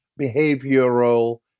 behavioral